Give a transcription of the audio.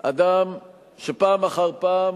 אדם שפעם אחר פעם